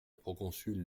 proconsul